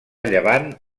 llevant